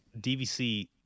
DVC